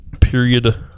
period